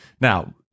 now-